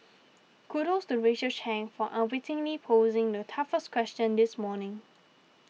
kudos to Rachel Chang for unwittingly posing the toughest question this morning